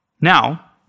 Now